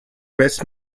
best